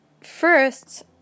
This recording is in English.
first